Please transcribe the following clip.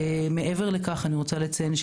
אני רוצה לציין,